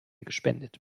gespendet